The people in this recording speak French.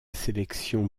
sélection